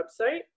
website